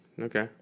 Okay